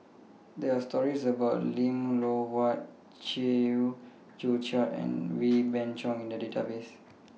There Are stories about Lim Loh Huat Chew Joo Chiat and Wee Beng Chong in The Database